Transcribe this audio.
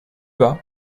bas